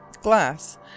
Glass